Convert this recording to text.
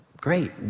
great